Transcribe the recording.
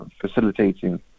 facilitating